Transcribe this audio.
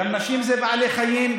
גם נשים זה בעלי חיים.